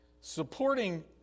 Supporting